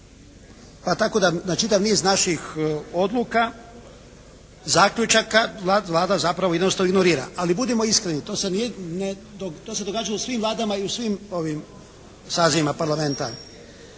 pa tako na čitav niz naših odluka, zaključaka Vlada zapravo jednostavno ignorira. Ali budimo iskreni, to se događalo svim vladama i u svim sazivima Parlamenta